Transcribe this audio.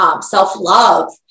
self-love